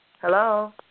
Hello